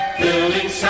building